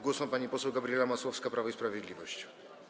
Głos ma pani poseł Gabriela Masłowska, Prawo i Sprawiedliwość.